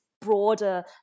broader